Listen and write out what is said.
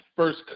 First